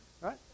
right